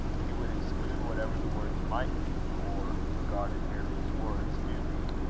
he would exclude whatever the words might mean, or, regarded merely as words, do mean,